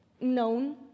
known